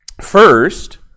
First